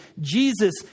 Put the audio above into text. Jesus